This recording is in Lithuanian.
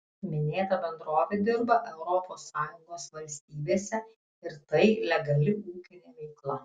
minėta bendrovė dirba europos sąjungos valstybėse ir tai legali ūkinė veikla